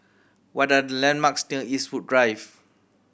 what are the landmarks near Eastwood Drive